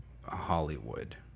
Hollywood